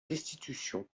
destitution